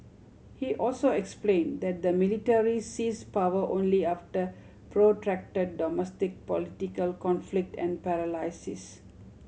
he also explain that the military seize power only after protract domestic political conflict and paralysis